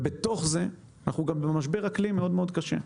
בתוך זה אנחנו נמצאים במשבר אקלים מאוד קשה,